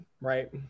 right